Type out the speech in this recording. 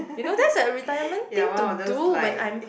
you know that's like a retirement thing to do when I'm